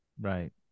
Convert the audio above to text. Right